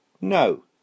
No